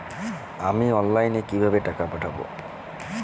আমি অনলাইনে কিভাবে টাকা পাঠাব?